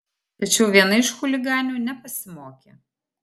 tačiau viena iš chuliganių nepasimokė